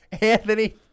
Anthony